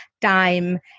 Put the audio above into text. time